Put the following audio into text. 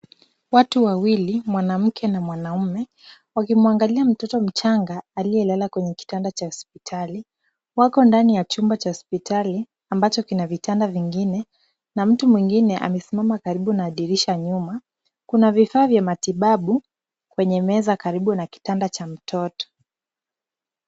Watu wawili mwanamke na mwanamume wakimwangalia mtoto mchanga aliyelala kwenye kitanda cha hospitali .Wako ndani ya chumba cha hospitali ambacho kina vitanda vingine na mtu mwingine amesimama karibu na dirisha nyuma. Kuna vifaa vya matibabu kwenye meza karibu na kitanda cha mtoto.